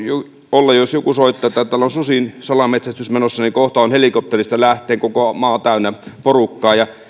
olla jos joku soittaa että täällä on susisalametsästys menossa niin kohta on helikoptereista lähtien koko maa täynnä porukkaa ja